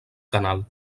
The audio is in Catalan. canal